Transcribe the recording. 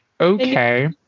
okay